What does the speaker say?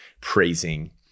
praising